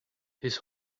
this